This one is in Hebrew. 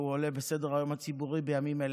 והוא עולה על סדר-היום הציבורי בימים אלה.